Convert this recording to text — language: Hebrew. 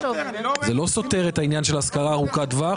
זה לא סותר את העניין של השכרה ארוכת טווח.